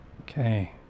okay